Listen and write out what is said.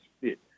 fit